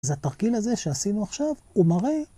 ‫אז התרגיל הזה שעשינו עכשיו, ‫הוא מראה...